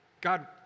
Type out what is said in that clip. God